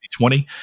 20